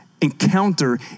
Encounter